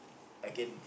I can